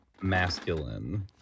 masculine